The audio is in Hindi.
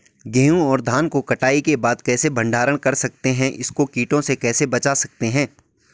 गेहूँ और धान को कटाई के बाद कैसे भंडारण कर सकते हैं इसको कीटों से कैसे बचा सकते हैं?